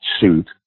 suit